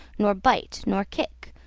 nor bite, nor kick,